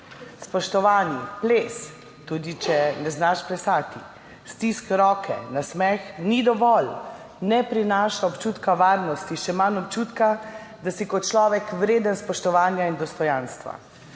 Spoštovani, ples, tudi če ne znaš plesati, stisk roke, nasmeh ni dovolj, ne prinaša občutka varnosti, še manj občutka, da si kot človek vreden spoštovanja in dostojanstva.